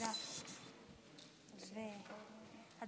אני